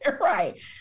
Right